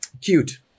Cute